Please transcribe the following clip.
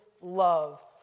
love